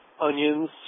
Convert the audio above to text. onions